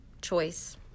Choice